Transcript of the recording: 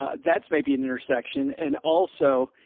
ah that's maybe an intersection and also.